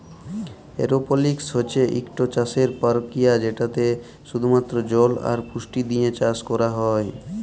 এরওপলিক্স হছে ইকট চাষের পরকিরিয়া যেটতে শুধুমাত্র জল আর পুষ্টি দিঁয়ে চাষ ক্যরা হ্যয়